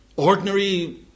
Ordinary